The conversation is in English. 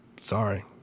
Sorry